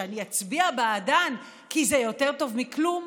שאני אצביע בעדן כי זה יותר טוב מכלום,